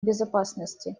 безопасности